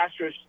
Astros